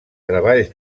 treballs